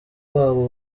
babo